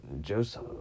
Joseph